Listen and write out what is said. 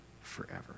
forever